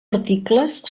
articles